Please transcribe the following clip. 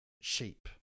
sheep